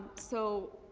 so,